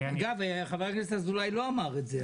אגב, חבר הכנסת אזולאי לא אמר את זה.